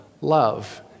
Love